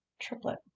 triplet